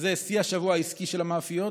שזה שיא השבוע העסקי של המאפיות,